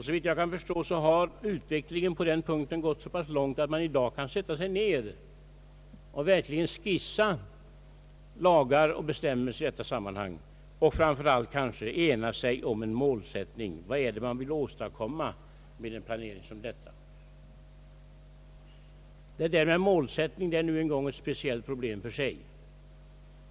Såvitt jag förstår har utvecklingen på denna punkt gått så långt att man i dag verkligen kan skissera lagar och bestämmelser i detta sammanhang och framför allt kanske ena sig om en målsättning för vad man vill åstadkomma med en planering som denna. Målsättningen är nu en gång ett problem för sig.